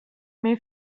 min